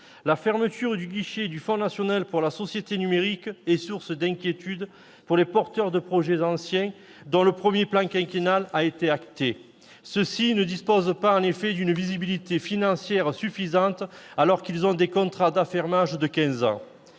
la société numérique est source d'inquiétude pour les porteurs de projets anciens, dont le premier plan quinquennal a été acté. Ceux-ci ne disposent pas en effet d'une visibilité financière suffisante, alors qu'ils ont des contrats d'affermage de quinze